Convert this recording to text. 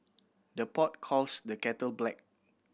the pot calls the kettle black